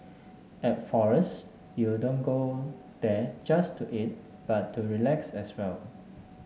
at Forest you don't go there just to eat but to relax as well